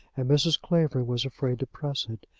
and mrs. clavering was afraid to press it.